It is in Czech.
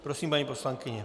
Prosím, paní poslankyně.